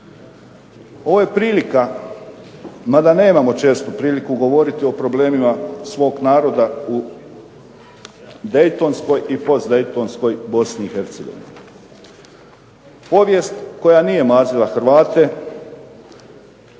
Ovo je prilika, mada nemamo često priliku govoriti o problemima svog naroda u dejtonskoj i postdejtonskoj Bosni i Hercegovini. Povijest koja nije mazila Hrvate